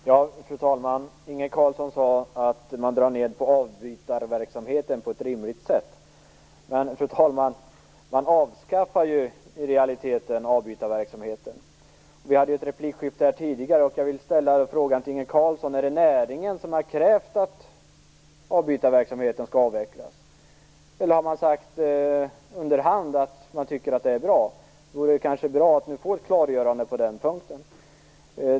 Fru talman! Inge Carlsson sade att man drar ned på avbytarverksamheten på ett rimligt sätt. Men man avskaffar i realiteten avbytarverksamheten. Jag vill ställa en fråga till Inge Carlsson: Är det näringen som har krävt att avbytarverksamheten skall avvecklas, eller har man sagt under hand att man tycker att det är bra? Det vore kanske bra att få ett klargörande på den punkten.